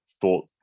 thought